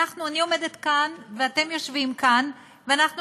אני עומדת כאן ואתם יושבים כאן ואנחנו